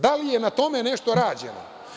Da li je na tome nešto rađeno?